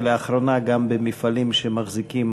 ולאחרונה גם מפעלים שמחזיקים